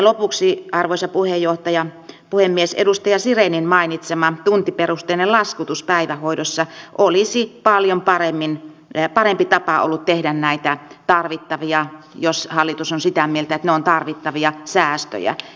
lopuksi arvoisa puhemies edustaja sirenin mainitsema tuntiperusteinen laskutus päivähoidossa olisi paljon parempi tapa ollut tehdä näitä tarvittavia jos hallitus on sitä mieltä että ne ovat tarvittavia säästöjä